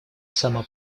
сама